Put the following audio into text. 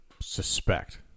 suspect